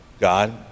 God